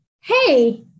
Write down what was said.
hey